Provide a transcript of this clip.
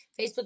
Facebook